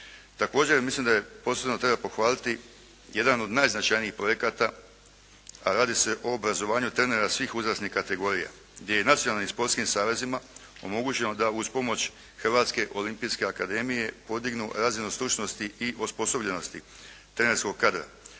Također, mislim da posebno treba pohvaliti jedan od najznačajnijih projekata, a radi se o obrazovanju trenera svih uzrasnih kategorija, gdje je i nacionalnim sportskim savezima omogućeno da uz pomoć Hrvatske olimpijske akademije podignu razinu stručnosti i osposobljenosti trenerskog kadra